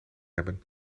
hebben